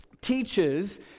teaches